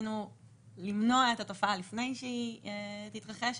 למנוע את התופעה לפני שהיא תתרחש.